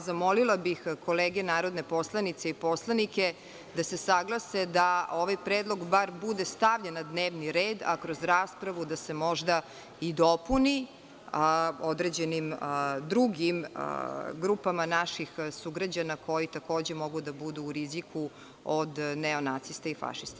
Zamolila bih kolege narodne poslanice i poslanike da se saglase da ovaj predlog bar bude stavljen na dnevni red, a kroz raspravu da se možda i dopuni određenim drugim grupama naših sugrađana koji takođe mogu da budu u riziku od neonacista i fašista.